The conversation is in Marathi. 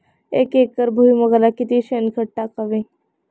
एक एकर भुईमुगाला किती शेणखत टाकावे?